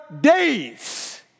days